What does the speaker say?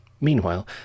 Meanwhile